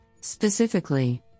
Specifically